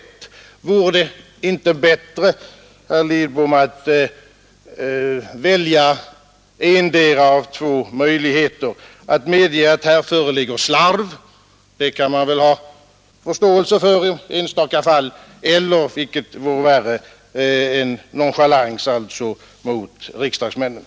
Vore det 27 april 1972 inte bättre, herr Lidbom, att välja endera av två möjligheter, att medge att här föreligger slarv — det kan man ha förståelse för i enstaka fall — Ån& statsrådsbered